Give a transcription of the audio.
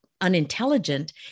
unintelligent